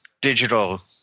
digital –